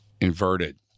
inverted